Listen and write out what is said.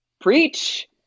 Preach